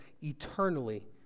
eternally